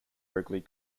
regularly